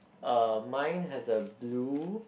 uh mine has a blue